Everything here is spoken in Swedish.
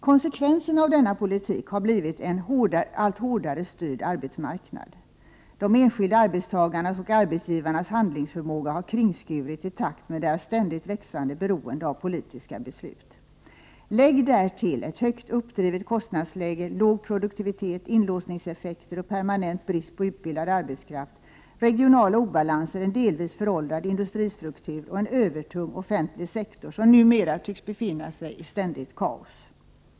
Konsekvensen av denna politik har blivit en allt hårdare styrd arbetsmarknad. De enskilda arbetstagarnas och arbetsgivarnas handlingsförmåga har kringskurits i takt med deras ständigt växande beroende av politiska beslut. 29 Lägg därtill ett högt uppdrivet kostnadsläge, låg produktivitet, inlåsningsef fekter och en permanent brist på utbildad arbetskraft, regionala obalanser, en delvis föråldrad industristruktur samt en övertung offentlig sektor som numera tycks befinna sig i ett permanent kaos.